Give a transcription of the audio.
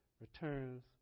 Returns